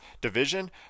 division